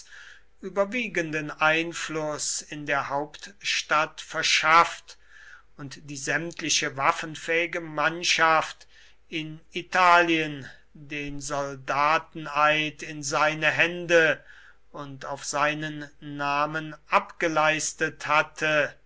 überwiegenden einfluß in der hauptstadt verschafft und die sämtliche waffenfähige mannschaft in italien den soldateneid in seine hände und auf seinen namen abgeleistet hatte